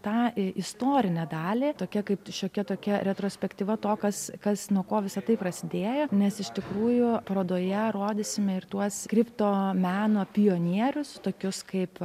tą istorinę dalį tokia kaip šiokia tokia retrospektyva to kas kas nu ko visa tai prasidėjo nes iš tikrųjų parodoje rodysime ir tuos kripto meno pionierius tokius kaip